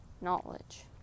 knowledge